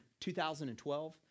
2012